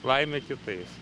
laimę kitais